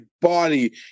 body